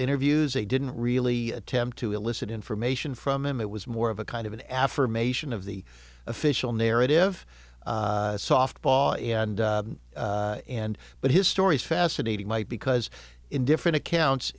interviews they didn't really attempt to elicit information from him it was more of a kind of an affirmation of the official narrative softball and and but his story is fascinating might because in different accounts